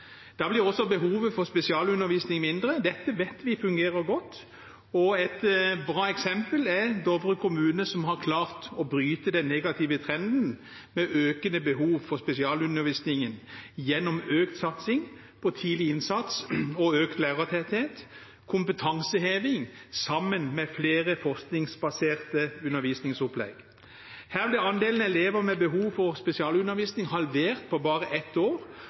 Da blir også behovet for spesialundervisning mindre. Dette vet vi fungerer godt. Et bra eksempel er Dovre kommune, som har klart å bryte den negative trenden med økende behov for spesialundervisning gjennom økt satsing, tidlig innsats, økt lærertetthet og kompetanseheving, sammen med flere forskningsbaserte undervisningsopplegg. Her ble andelen elever med behov for spesialundervisning halvert på bare ett år